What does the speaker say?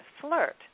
flirt